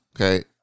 Okay